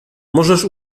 możesz